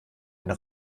eine